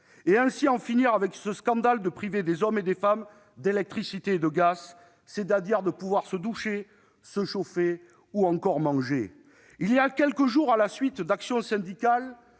Et ainsi, en finir avec ce scandale consistant à priver des hommes et des femmes d'électricité et de gaz, c'est-à-dire pouvoir se doucher, se chauffer ou encore manger. Il y a quelques jours, à la suite d'actions syndicales